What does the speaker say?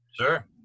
sure